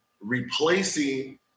replacing